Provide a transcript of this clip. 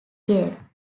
game